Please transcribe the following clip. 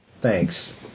Thanks